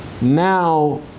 now